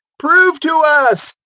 prove to us,